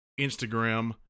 Instagram